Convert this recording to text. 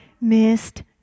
missed